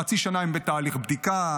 חצי שנה הם בתהליך בדיקה,